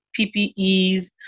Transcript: PPEs